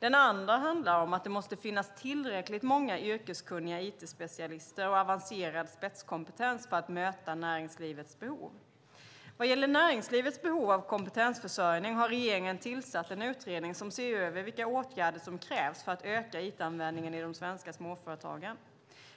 Den andra handlar om att det måste finnas tillräckligt många yrkeskunniga it-specialister och avancerad spetskompetens för att möta näringslivets behov. Vad gäller näringslivets behov av kompetensförsörjning har regeringen tillsatt en utredning som ser över vilka åtgärder som krävs för att öka it-användningen i de svenska småföretagen.